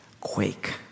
quake